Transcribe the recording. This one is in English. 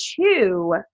two